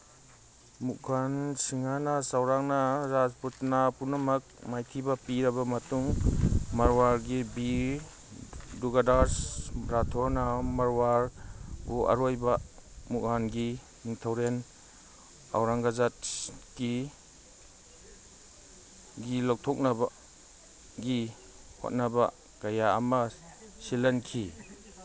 ꯃꯨꯒꯟ ꯁꯤꯡꯍꯅ ꯆꯧꯔꯥꯛꯅ ꯔꯥꯖꯄꯨꯠꯅꯥ ꯄꯨꯝꯅꯃꯛ ꯃꯥꯏꯊꯤꯕ ꯄꯤꯔꯕ ꯃꯇꯨꯡ ꯃꯔꯋꯥꯔꯒꯤ ꯚꯤꯔ ꯗꯨꯔꯒꯗꯥꯁ ꯔꯥꯊꯣꯔꯅ ꯃꯔꯋꯥꯔꯕꯨ ꯑꯔꯣꯏꯕ ꯃꯨꯒꯥꯟꯒꯤ ꯅꯤꯡꯊꯧꯔꯦꯟ ꯑꯧꯔꯪꯒꯖꯠꯁꯀꯤ ꯒꯤ ꯂꯧꯊꯣꯛꯅꯕꯒꯤ ꯍꯣꯠꯅꯕ ꯀꯌꯥ ꯑꯃ ꯁꯤꯜꯍꯟꯈꯤ